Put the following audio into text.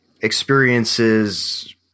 experiences